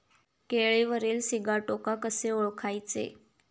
केळीवरील सिगाटोका कसे ओळखायचे?